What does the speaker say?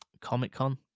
Comic-Con